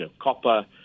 copper